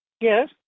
Yes